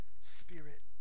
Spirit